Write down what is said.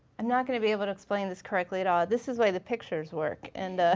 i'm not gonna be able to explain this correctly at all. this is why the pictures work and